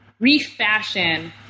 refashion